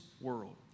world